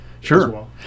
Sure